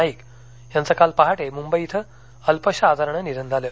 नाईक यांच काल पहाटे मुंबई इथं अल्पशा आजारानं निधन झालं